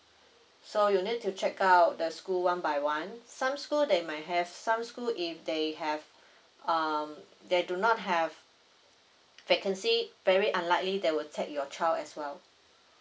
so you need to check out the school one by one some school they might have some school if they have um they do not have vacancy very unlikely they will take your child as well